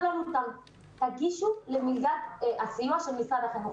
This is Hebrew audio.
לנו: תגישו למלגת הסיוע של משרד החינוך.